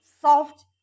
soft